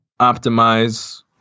optimize